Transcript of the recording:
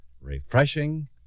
refreshing